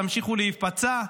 תמשיכו להיפצע,